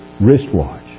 wristwatch